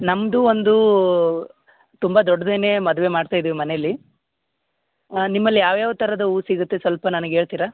ನಮ್ಮದು ಒಂದು ತುಂಬ ದೊಡ್ಡದೇನೇ ಮದುವೆ ಮಾಡ್ತಾಯಿದ್ದೀವಿ ಮನೇಲ್ಲಿ ನಿಮ್ಮಲ್ಲಿ ಯಾವ ಯಾವ ಥರದ ಹೂ ಸಿಗುತ್ತೆ ಸ್ವಲ್ಪ ನನಗೆ ಹೇಳ್ತಿರಾ